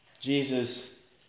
Jesus